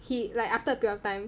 he like after a period of time